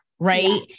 Right